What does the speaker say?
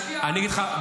אני אגיד לך,